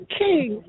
king